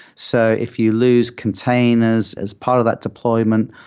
so if you lose containers as part of that deployment,